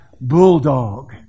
Bulldog